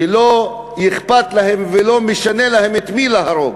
שלא אכפת להם ולא משנה להם את מי להרוג.